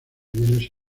bienes